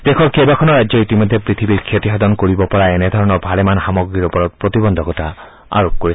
দেশৰ কেইবাখনো ৰাজ্যই ইতিমধ্যে পৃথিৱীৰ ক্ষতিসাধন কৰিব পৰা এনেধৰণৰ ভালেমান সামগ্ৰীৰ ওপৰত প্ৰতিবন্ধকতা আৰোপ কৰিছে